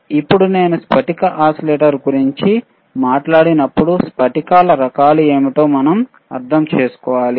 ఇప్పుడు నేను స్ఫటికా ఓసిలేటర్ల గురించి మాట్లాడేటప్పుడు స్ఫటికాల రకాలు ఏమిటో మనం అర్థం చేసుకోవాలి